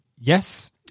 Yes